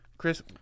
Chris